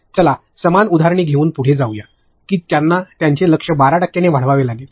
चला समान उदाहरण घेऊन पुढे जाऊया की त्यांना त्यांचे लक्ष्य १२ टक्क्यांनी वाढवावे लागेल